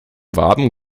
warmen